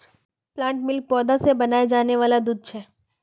plant milk पौधा से बनाया जाने वाला दूध छे